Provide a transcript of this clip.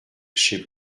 chez